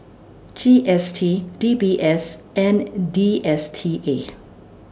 G S T D B S and D S T A